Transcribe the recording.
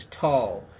Tall